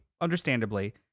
understandably